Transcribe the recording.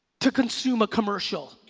to consume a commercial.